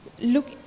Look